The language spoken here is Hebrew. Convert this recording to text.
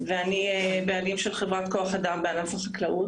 ואני הבעלים של חברת כוח אדם בענף החקלאות,